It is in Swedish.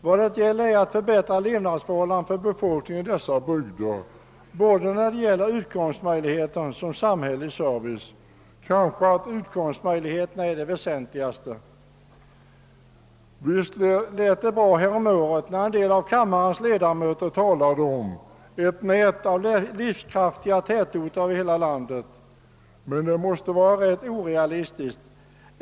Vad det gäller är att förbättra levnadsförhållandena för befolkningen i dessa bygder både när det gäller utkomstmöjligheter och samhällelig service — kanske är utkomstmöjligheterna det väsentligaste. Visst lät det bra häromåret när en del av kammarens ledamöter talade om »ett nät av livskraftiga tätorter över hela landet». Men detta måste vara rätt orealistiskt.